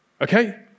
Okay